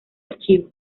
archivo